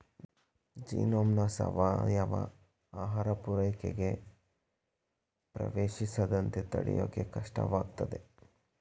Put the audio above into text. ಜೀನೋಮ್ನ ಸಾವಯವ ಆಹಾರ ಪೂರೈಕೆಗೆ ಪ್ರವೇಶಿಸದಂತೆ ತಡ್ಯೋಕೆ ಕಷ್ಟವಾಗ್ತದೆ